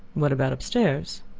what about upstairs?